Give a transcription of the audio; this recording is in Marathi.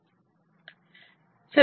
सेन्सर्स काय काम करतात